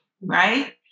right